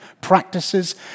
practices